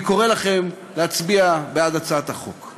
אני קורא לכם להצביע בעד הצעת החוק.